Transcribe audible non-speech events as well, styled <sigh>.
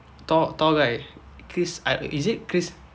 thor thor guy chris <noise> is it chris